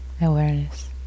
awareness